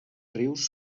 rius